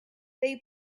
they